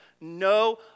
no